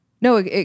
No